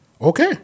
Okay